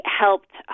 helped